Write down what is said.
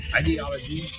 ideology